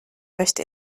möchte